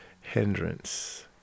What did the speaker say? hindrance